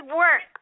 work